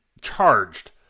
charged